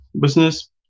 business